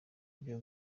vyo